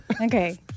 Okay